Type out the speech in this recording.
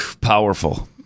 Powerful